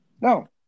No